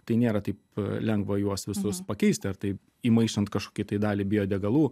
tai nėra taip lengva juos visus pakeisti ar tai įmaišant kažkokiai tai daliai biodegalų